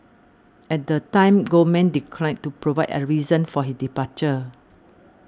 at the time Goldman declined to provide a reason for his departure